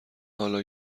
حالا